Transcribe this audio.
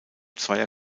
zweier